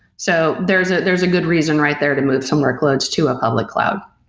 so there's ah there's a good reason right there to move some workloads to a public cloud.